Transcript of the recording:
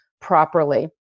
properly